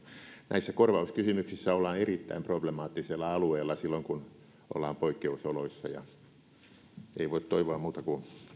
asiakaskato näissä korvauskysymyksissä ollaan erittäin problemaattisella alueella silloin kun ollaan poikkeusoloissa ei voi toivoa muuta kuin